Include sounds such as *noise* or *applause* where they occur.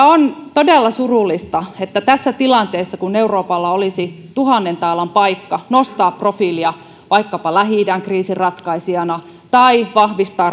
*unintelligible* on todella surullista että tässä tilanteessa kun euroopalla olisi tuhannen taalan paikka nostaa profiilia vaikkapa lähi idän kriisin ratkaisijana tai vahvistaa *unintelligible*